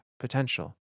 potential